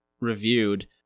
reviewed